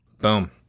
Boom